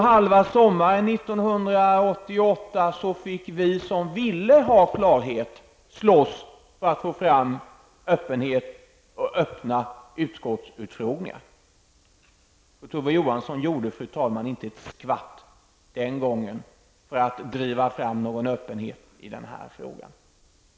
Halva sommaren 1988 fick vi som ville ha klarhet, slåss för att få fram öppenhet och öppna utskottsutfrågningar. Kurt Ove Johansson gjorde, fru talman, inte ett skvatt den gången för att driva fram någon öppenhet i den här frågan.